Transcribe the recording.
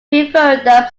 referendums